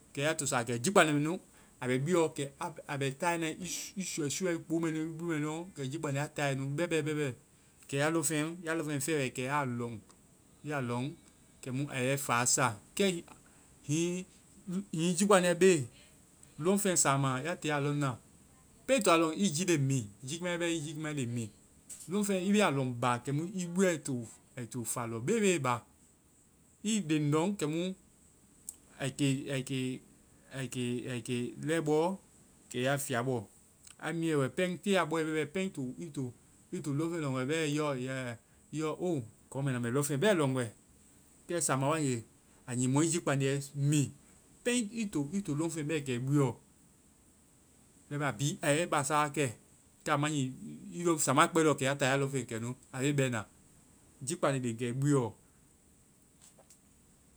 Kɛ ya to sáa kɛ jii kpandi mɛ nu, kɛ a- a bɛ taayɛ na i súuɛ-súuɛ, i kpo mɛ nu, i buɛ mɛ nuɔ. Kɛ jii kpandiɛ a taayɛ nu bɛbɛ, bɛbɛ. Kɛ ya lɔŋfeŋ-ya lɔŋfeŋ fɛe wɛ kɛ ya lɔŋ. I ya lɔŋ kɛ mu a yɛ i fa sa. Hiŋi-hiŋi jii kpandiɛ be, lɔŋfeŋ sáama, ya tiie a lɔŋna, pɛŋ i to a lɔŋ, i jii léŋ mi. Jii kimae pɛɛ. I jii léŋ mi. Lɔŋ feŋ, i be a lɔŋ ba. I buɛ ai to-ai to fa lɔbebe ba. I leŋ lɔŋ kɛmu, kɛmu ai ke. ai ke. ai ke. ai ke lɛi bɔ. kɛ ya fia bɔ. A miɛe wɛ pɛŋ, te a bɔe wae pɛŋ i to lɔŋfeŋ lɔŋ wɛ bɛ i yɔ yɛ. I yɔ o, kɔ mbɛ na mbɛ lɔŋfeŋ bɛɛ lɔŋ wɛ. Kɛ sáama wae nge, a nyii mɔɛ jii kpandiɛ mi pɛŋ i to-i to lɔŋfɛŋ bɛ kɛ i buɛɔ. Bɛma a bhii, a yɛ i basa wa kɛ. Kɛ a ma nyii sáama kpɛe lɔɔ kɛ ya ta ya lɔŋfeŋ kɛ nu. A be bɛna. Jii kpandi leŋ kɛ i buɛɔ.